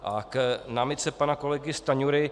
A k námitce pana kolegy Stanjury.